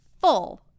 full